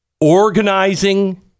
organizing